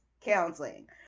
counseling